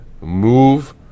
Move